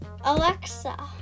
Alexa